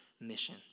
mission